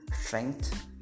strength